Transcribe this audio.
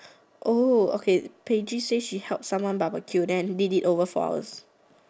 oh okay Paige say she help someone barbecue then did it over for ours